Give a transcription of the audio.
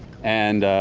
and